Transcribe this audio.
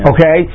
Okay